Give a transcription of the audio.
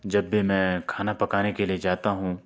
جب بھی میں کھانا پکانے کے لیے جاتا ہوں